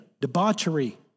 debauchery